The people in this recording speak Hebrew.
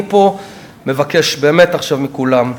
אני פה מבקש באמת מכולם: